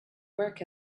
work